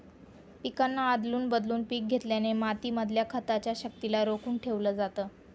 पिकांना आदलून बदलून पिक घेतल्याने माती मधल्या खताच्या शक्तिला रोखून ठेवलं जातं